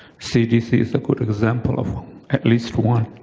cdc is a good example of at least one,